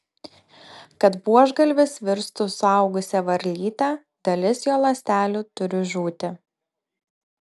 kad buožgalvis virstų suaugusia varlyte dalis jo ląstelių turi žūti